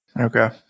Okay